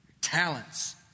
talents